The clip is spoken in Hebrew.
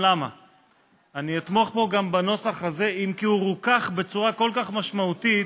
אם כי הוא רוכך בצורה כל כך משמעותית